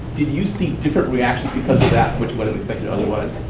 did you see different reactions because of that which wasn't expected otherwise?